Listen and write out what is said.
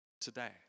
today